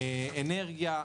אנרגיה.